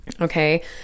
okay